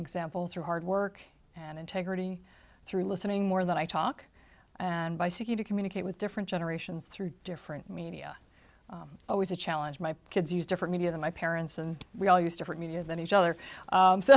example through hard work and integrity through listening more than i talk and by seeking to communicate with different generations through different media always a challenge my kids use different media than my parents and we all use different media than each other